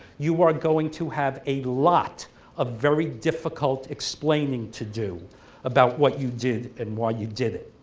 you are going to have a lot of very difficult explaining to do about what you did and why you did it.